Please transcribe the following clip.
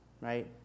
right